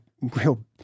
real